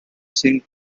singh